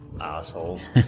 assholes